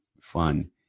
fun